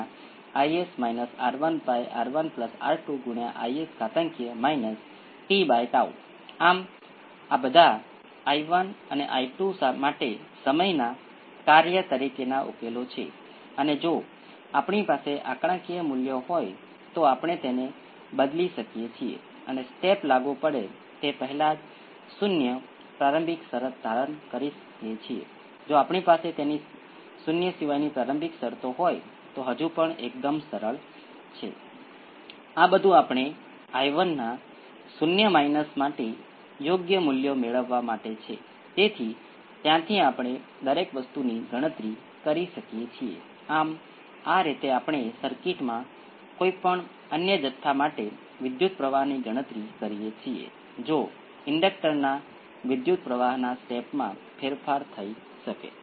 આપણાં કિસ્સામાં આપણે ફક્ત ડીસી ઇનપુટ કેસ અને સાઇનુંસોઇડલ ઇનપુટ કેસ પર વિચાર કરીશું જે સાઇનુંસોઇડલ ઇનપુટ કેસ તે બહાર પાડે છે તે વિકલન સમીકરણને લખ્યા વિના પણ વધુ સરળતાથી ઉકેલી શકાય છે જ્યાં આપણે પછીથી આવીશું પરંતુ જ્યારે તમારી પાસે બીજી ઓર્ડરની સિસ્ટમ હોય ત્યારે અન્ય ઉકેલની પ્રકૃતિનો વિચાર એ તમને આપશે મુખ્યત્વે તમારી પાસે રીઅલ ફ્રિક્વન્સી p 1 અને p 2 સાથે બે અલગ અલગ એક્સ્પોનેંસિયલ હોઈ શકે છે અથવા તમારી પાસે A 1 A 2 t × exponential p 1 t હોઈ શકે છે અને અંતે તમે આ કેસ કરી શકો છો જ્યાં તમારી પાસે જટિલ જોડાણ છે જે છેવટે કેટલાક સાઇનુંસોઇડમાં ઉમેરાશે